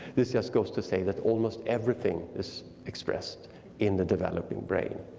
this just goes to say that almost everything is expressed in the developing brain.